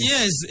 Yes